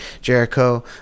Jericho